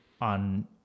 on